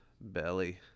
belly